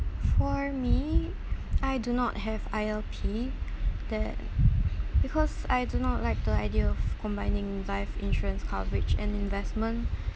for me I do not have I_L_P that because I do not like the idea of combining life insurance coverage and investment